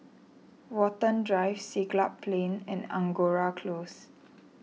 Watten Drive Siglap Plain and Angora Close